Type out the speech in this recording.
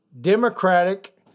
democratic